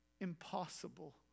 impossible